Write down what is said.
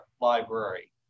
Library